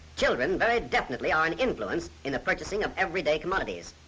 children very definitely own influence in the purchasing of everyday commodities.